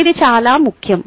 ఇది చాలా ముఖ్యం